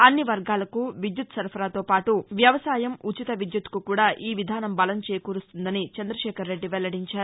అన్ని వర్గాలకు విద్యుత్ సరఫరాతోపాటు వ్యవసాయం ఉచిత విద్యుత్కు కూడా ఈ విధానం బలంచేకూరుస్తుందని చంద్రదశేఖరరెడ్డి వెల్లడించారు